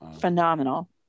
phenomenal